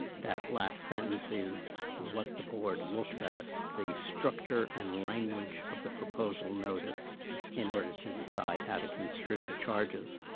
that last sentence is what the board looks at, the structure and language of the proposal notice in order to decide how to construe the charges.